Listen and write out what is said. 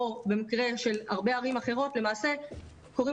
או במקרה של הרבה ערים אחרות למעשה קוראים